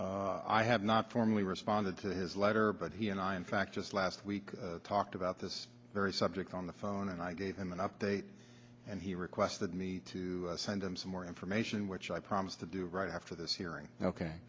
our i have not formally responded to his letter but he and i in fact just last week talked about this very subject on the phone and i gave him an update and he requested me to send him some more information which i promise to do right after this hearing ok